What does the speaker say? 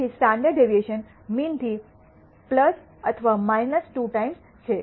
તેથી standard deviation mean થી અથવા 2 ટાઈમ્સ છે